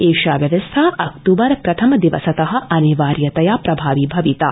एषा व्यवस्था अक्तूबर प्रथम दिवसत अनिवार्यतया प्रभावि भविता